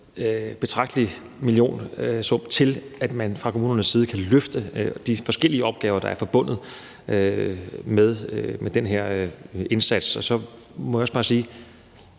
betragtelig millionsum til, at man fra kommunernes side kan løfte de forskellige opgaver, der er forbundet med den her indsats. Og så må jeg også bare sige,